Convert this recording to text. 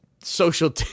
social